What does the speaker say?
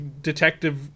detective